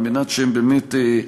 כדי שהם באמת,